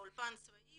באולפן צבאי